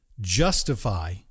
justify